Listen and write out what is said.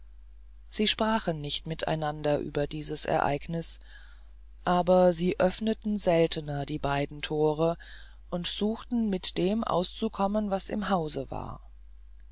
sie sprachen nicht miteinander über dieses ereignis aber sie öffneten seltener die beiden tore und suchten mit dem auszukommen was im hause war